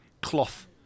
cloth